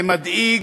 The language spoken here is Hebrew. זה מדאיג,